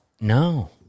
no